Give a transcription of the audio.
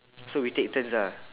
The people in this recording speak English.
so we take turns ah